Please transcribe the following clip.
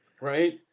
right